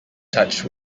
touch